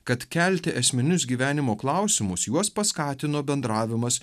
kad kelti esminius gyvenimo klausimus juos paskatino bendravimas